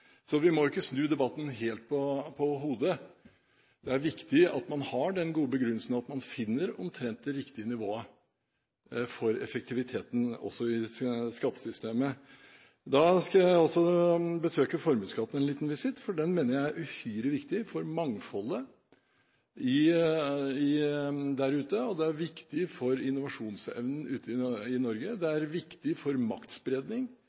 Så vi må ikke snu debatten helt på hodet. Det er viktig at man har den gode begrunnelsen, og at man finner omtrent det riktige nivået for effektiviteten også i skattesystemet. Så skal jeg avlegge formuesskatten en liten visitt, for den mener jeg er uhyre viktig for mangfoldet der ute. Den er viktig for innovasjonsevnen i Norge, og det er viktig for maktspredningen ute